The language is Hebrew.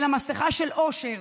אלא מסכה של אושר.